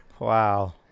Wow